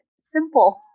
Simple